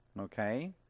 okay